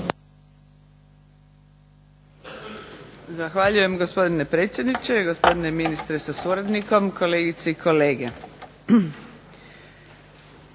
Zahvaljujem gospodine predsjedniče, gospodine ministre sa suradnikom, kolegice i kolege.